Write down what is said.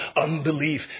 unbelief